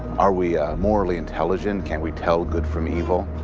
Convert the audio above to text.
are we morally intelligent? can we tell good from evil?